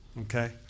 Okay